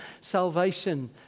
salvation